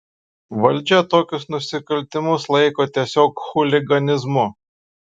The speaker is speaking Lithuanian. valdžia tokius nusikaltimus laiko tiesiog chuliganizmu